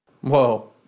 whoa